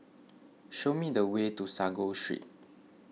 show me the way to Sago Street